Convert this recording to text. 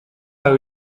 par